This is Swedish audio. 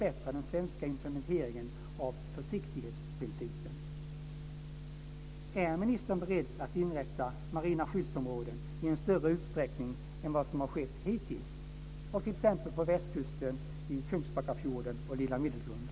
Är ministern beredd att inrätta marina skyddsområden i en större utsträckning än vad som har skett hittills, t.ex. på västkusten, i Kungsbackafjorden och vid lilla Middelgrund?